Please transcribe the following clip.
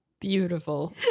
beautiful